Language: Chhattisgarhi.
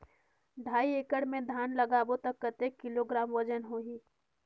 ढाई एकड़ मे धान लगाबो त कतेक किलोग्राम वजन होही?